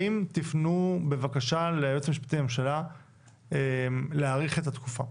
האם תיפנו בבקשה ליועץ המשפטי לממשלה להאריך את התקופה?